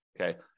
Okay